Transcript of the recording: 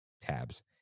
tabs